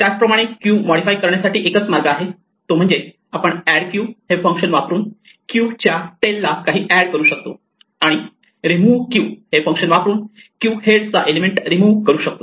त्याचप्रमाणे queue modify करण्यासाठी एकच मार्ग आहे तो म्हणजे आपण एड क्यू हे फंक्शन वापरून क्यू च्या टेल ला काही एड करू शकतो आणि रिमूव्ह क्यू हे फंक्शन वापरून क्यू हेड चा एलिमेंट रिमूव्ह करू शकतो